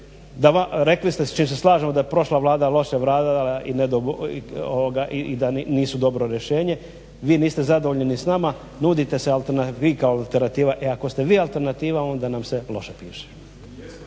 znam rekli ste s čim se slažemo da je prošla vlada loše radila i ne dao Bog i da nisu dobro rješenje, vi niste zadovoljni ni s nama, nudite se vi kao alternativa. E ako ste vi alternativa onda nam se loše piše.